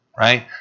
right